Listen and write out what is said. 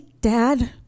Dad